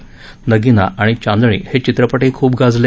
नगीना आणि चांदनी हे चित्रपटही खूप गाजले